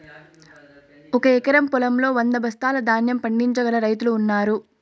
ఒక ఎకరం పొలంలో వంద బస్తాల ధాన్యం పండించగల రైతులు ఉన్నారు